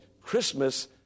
Christmas